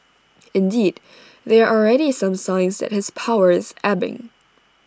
indeed there are already some signs that his power is ebbing